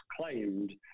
claimed